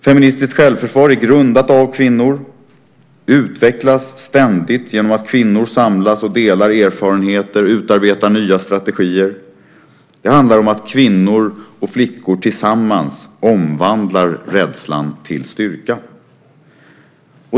Feministiskt självförsvar är grundat av kvinnor, utvecklas ständigt genom att kvinnor samlas och delar erfarenheter, utarbetar nya strategier. Det handlar om att kvinnor och flickor tillsammans omvandlar rädslan till styrka.